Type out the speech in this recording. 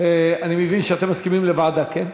אני מבין שאתם מסכימים לוועדה, כן?